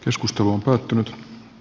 joskus toukotyöt